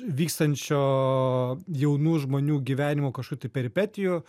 vykstančio jaunų žmonių gyvenimo kažkokių peripetijų